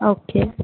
okay